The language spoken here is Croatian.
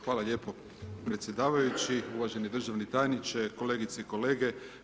Hvala lijepo predsjedavajući, uvaženi državni tajniče, kolegice i kolege.